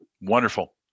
Wonderful